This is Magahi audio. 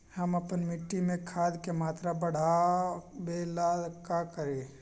हम अपना मिट्टी में खाद के मात्रा बढ़ा वे ला का करी?